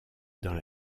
dans